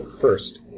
first